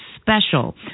special